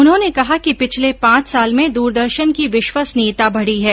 उन्होंने कहा कि पिछले पांच साल में दूरदर्शन की विश्वसनीयता बढ़ी है